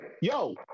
yo